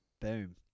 Boom